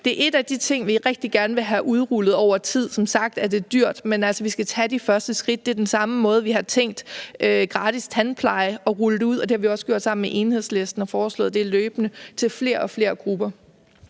det er en af de ting, vi rigtig gerne vil have udrullet over tid. Som sagt er det dyrt, men altså, vi skal tage de første skridt. Det er den samme måde, vi har tænkt gratis tandpleje og at rulle det ud. Det har vi også gjort sammen med Enhedslisten, og vi har løbende foreslået det til flere og flere grupper.